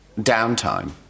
downtime